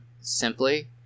simply